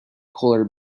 polar